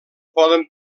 poden